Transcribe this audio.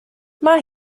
mae